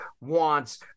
wants